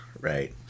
Right